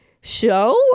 show